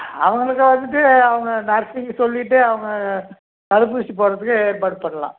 அவங்களுக்கு வந்துவிட்டு அவங்க நர்ஸுக்கு சொல்லிவிட்டு அவுங்க தடுப்பூசி போடுறதுக்கு ஏற்பாடு பண்ணலாம்